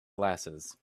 glasses